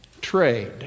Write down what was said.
Trade